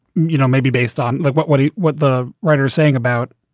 you know, maybe based on like what what what the writer is saying about,